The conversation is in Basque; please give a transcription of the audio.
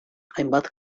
hainbat